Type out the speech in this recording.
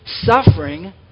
suffering